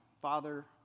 father